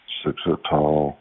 six-foot-tall